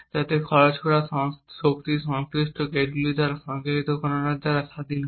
যাতে খরচ করা শক্তি সংশ্লিষ্ট গেটগুলির দ্বারা সঞ্চালিত গণনার থেকে স্বাধীন হয়